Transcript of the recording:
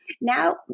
Now